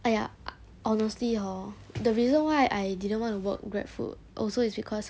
!aiya! I honestly hor the reason why I didn't want to work grab food also is because